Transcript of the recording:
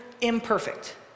imperfect